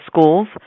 schools